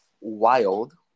wild